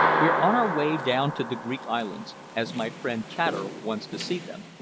we're on our way down to the greek islands, as my friend chater wants to see them.